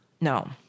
No